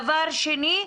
דבר שני,